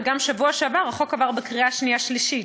וגם בשבוע שעבר החוק עבר בקריאה שנייה ושלישית.